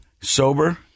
sober